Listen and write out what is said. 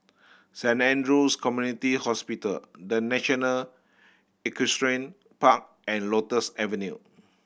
Saint Andrew's Community Hospital The National Equestrian Park and Lotus Avenue